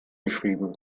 geschrieben